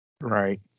Right